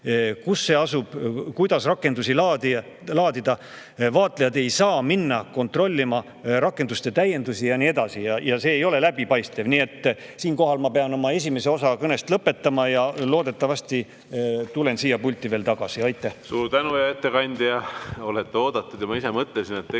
[süsteem] asub, kuidas rakendusi laadida, vaatlejad ei saa minna kontrollima rakenduste täiendusi ja nii edasi. See ei ole läbipaistev. Nii et siinkohal ma pean esimese osa oma kõnest lõpetama. Loodetavasti tulen siia pulti veel tagasi. Aitäh! Suur tänu, hea ettekandja! Olete oodatud. Ma mõtlesin, et tegelikult